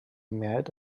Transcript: mehrheit